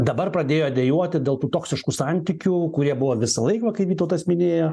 dabar pradėjo dejuoti dėl tų toksiškų santykių kurie buvo visą laiką va kai vytautas minėjo